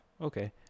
okay